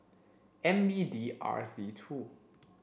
N B D R Z two